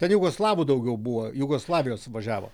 ten jugoslavų daugiau buvo jugoslavijos važiavo